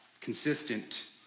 Consistent